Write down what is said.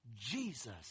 Jesus